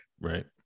right